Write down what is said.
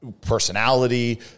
personality